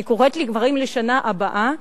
ואני קוראת לגברים לשנה הבאה,